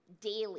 daily